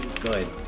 good